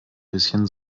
bisschen